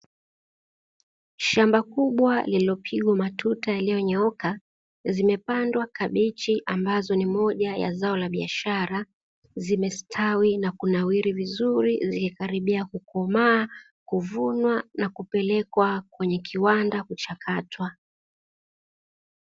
Shamba kubwa lililopigwa matuta yaliyo nyooka zimepandwa kabichi ambalo ni moja ya zao la biashara, zimestawi na kunawiri vizuri zikikaribia kukomaa, kuvunwa na kupelekwa kwenye kiwanda kuchakatwa.